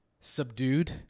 subdued